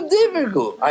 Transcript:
difficult